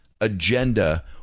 agenda